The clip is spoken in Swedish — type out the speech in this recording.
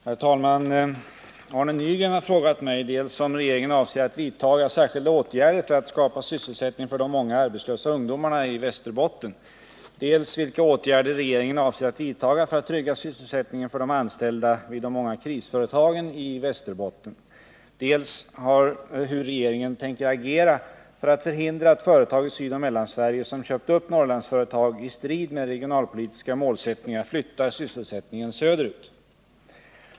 Herr talman! Arne Nygren har frågat mig dels om regeringen avser att vidtaga särskilda åtgärder för att skapa sysselsättning för de många arbetslösa ungdomarna i Västerbotten, dels vilka åtgärder regeringen avser att vidtaga för att trygga sysselsättningen för de anställda vid de många ”krisföretagen” i Västerbotten, dels hur regeringen tänker agera för att förhindra att företag i Sydoch Mellansverige, som köpt upp Norrlandsföretag, i strid med regionalpolitiska målsättningar flyttar sysselsättningen söderut.